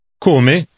come